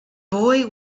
boy